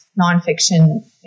nonfiction